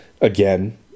again